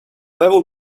level